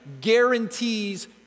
guarantees